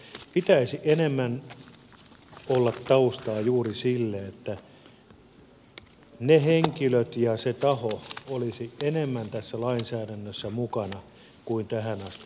pitäisi enemmän olla taustaa juuri sille että ne henkilöt se taho olisi tässä lainsäädännössä mukana enemmän kuin tähän asti